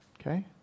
okay